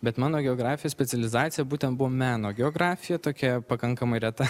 bet mano geografijos specializacija būtent buvo meno geografija tokia pakankamai reta